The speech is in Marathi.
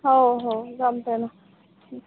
हो हो जमतं आहे ना